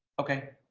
okay.